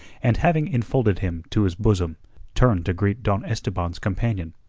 and having enfolded him to his bosom turned to greet don esteban's companion.